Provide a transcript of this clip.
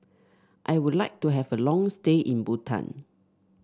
I would like to have a long stay in Bhutan